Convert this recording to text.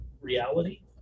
reality